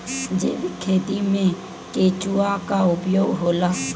जैविक खेती मे केचुआ का उपयोग होला?